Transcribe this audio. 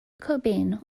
cobain